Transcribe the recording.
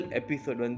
episode